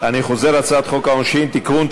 אני חוזר: הצעת חוק העונשין (תיקון,